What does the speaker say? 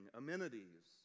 amenities